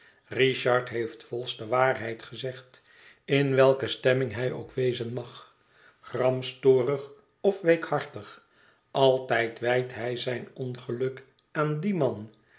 richard heeft vholes de waarheid gezegd in welke stemming hij ook wezen mag gramstorig of weekhartig altijd wijt hij zijn ongeluk aan dien man